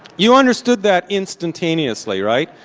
you understood that instantaneously, right?